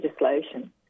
legislation